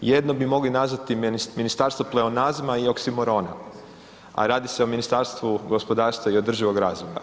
Jedno bi mogli nazvati ministarstvo pleonazma i oksimorona, a radi se o Ministarstvu gospodarstva i održivog razvoja.